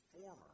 former